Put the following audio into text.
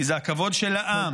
כי זה הכבוד של העם.